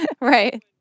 Right